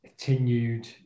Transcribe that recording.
continued